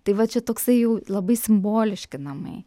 tai va čia toksai jau labai simboliški namai